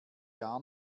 gar